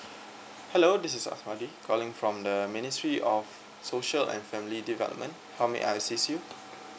hello this is asmali calling from the ministry of social and family development how may I assist you